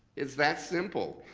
it's that simple,